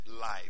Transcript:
life